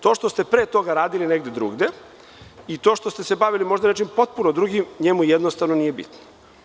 To što ste pre toga radili negde drugde i to što se bavili možda nečim potpuno drugim, njemu jednostavno nije bitno.